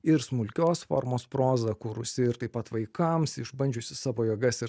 ir smulkios formos prozą kūrusi ir taip pat vaikams išbandžiusi savo jėgas ir